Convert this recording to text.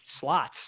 slots